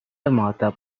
مودب